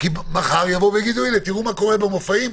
מחר יגידו: תראו מה קורה במופעים,